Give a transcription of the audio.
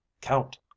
count